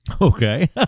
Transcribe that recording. Okay